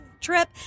trip